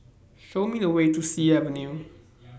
Show Me The Way to Sea Avenue